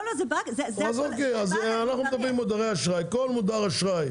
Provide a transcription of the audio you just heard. אנחנו מדברים על מודרי אשראי, כל מודר אשראי